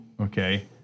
Okay